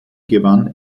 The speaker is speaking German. gewann